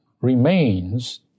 remains